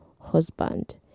husband